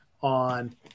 on